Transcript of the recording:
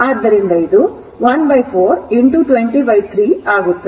ಆದ್ದರಿಂದ ಇದು 14 203 ಆಗಿದೆ